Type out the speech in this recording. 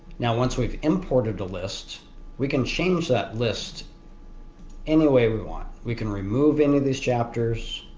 now once we've imported the list we can change that list any way we want. we can remove any of these chapters.